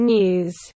News